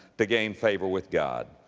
to gain favor with god.